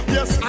Yes